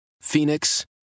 Phoenix